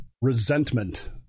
resentment